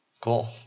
Cool